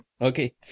okay